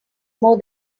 more